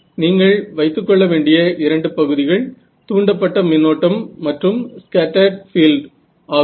நீங்கள் வைத்துக்கொள்ள வேண்டிய இரண்டு பகுதிகள் தூண்டப்பட்ட மின்னோட்டம் மற்றும் ஸ்கேட்டர்ட் பீல்ட் ஆகும்